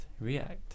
React